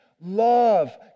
love